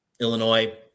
Illinois